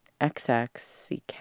XXCK